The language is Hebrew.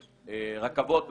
ברכבות,